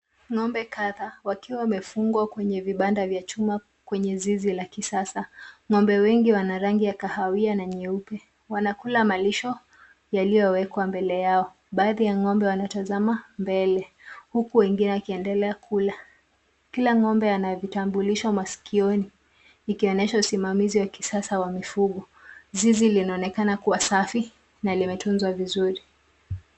Ng'ombe kadhaa wakiwa wamefungwa kwenye vibanda vya chuma kwenye zizi la kisasa. Ng'ombe wengi wana rangi ya kahawia na nyeupe, wanakula malisho yaliyowekwa mbele yao. Baadhi ya ng'ombe wanatazama mbele huku wengine wakiendelea kula. Kila ng'ombe ana vitambulisho masikioni ikionyesha usimamizi wa kisasa wa mifugo. Zizi linaonekana kuwa safi na limetunzwa vizuri.